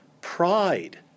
pride